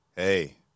Hey